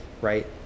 right